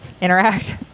interact